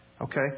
Okay